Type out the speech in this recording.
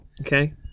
Okay